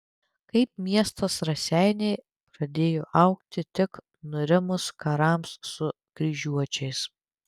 kaip miestas raseiniai pradėjo augti tik nurimus karams su kryžiuočiais